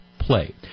play